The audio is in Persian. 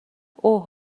اوه